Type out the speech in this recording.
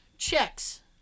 Checks